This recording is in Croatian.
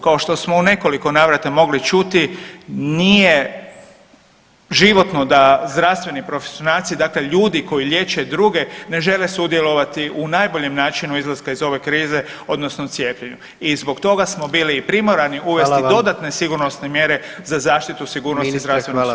Kao što smo u nekoliko navrata mogli čuti nije životno da zdravstveni profesionalci, dakle ljudi koji liječe druge ne žele sudjelovati u najboljem načinu izlaska iz ove krize odnosno cijepljenju i zbog toga smo bili i primorani [[Upadica: Hvala vam]] uvesti dodatne sigurnosne mjere za zaštitu sigurnosti zdravstvenog sustava.